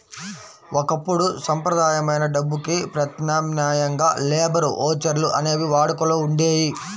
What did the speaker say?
ఒకప్పుడు సంప్రదాయమైన డబ్బుకి ప్రత్యామ్నాయంగా లేబర్ ఓచర్లు అనేవి వాడుకలో ఉండేయి